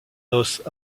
noces